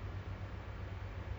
the it's work from home